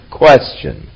question